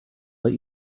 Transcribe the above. let